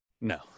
No